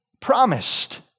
promised